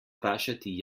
vprašati